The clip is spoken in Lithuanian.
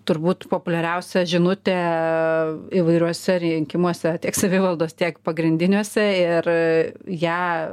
turbūt populiariausia žinutė įvairiuose rinkimuose tiek savivaldos tiek pagrindiniuose ir ją